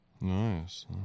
nice